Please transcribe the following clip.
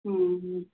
ਹੁੰ ਹੁੰ